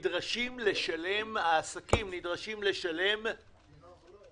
חשוב לי